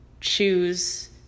choose